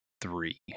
three